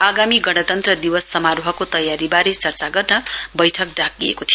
आगामी गणतन्त्र दिवस समारोहको तयारीबारे चर्चा गर्न बैठक डाकिएको थियो